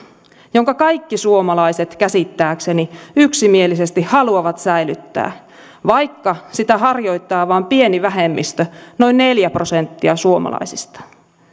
jonka kaikki suomalaiset käsittääkseni yksimielisesti haluavat säilyttää vaikka sitä harjoittaa vain pieni vähemmistö noin neljä prosenttia suomalaisista